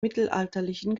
mittelalterlichen